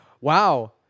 Wow